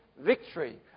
victory